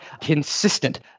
consistent